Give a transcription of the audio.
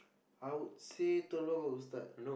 I would say Telok Ustad